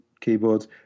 keyboards